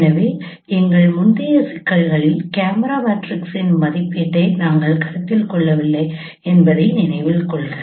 எனவே எங்கள் முந்தைய சிக்கல்களில் கேமரா மேட்ரக்ஸ்களின் மதிப்பீட்டை நாங்கள் கருத்தில் கொள்ளவில்லை என்பதை நினைவில் கொள்க